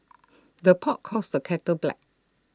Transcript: the pot calls the kettle black